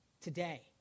today